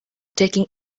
taking